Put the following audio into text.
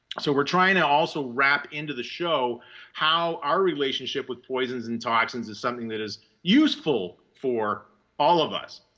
so we're trying to also wrap into the show how our relationship with poisons and toxins is something that is useful for all of us.